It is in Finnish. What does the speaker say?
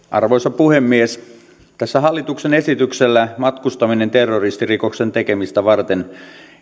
arvoisa puhemies tässä hallituksen esityksessä matkustaminen terroristirikoksen tekemistä varten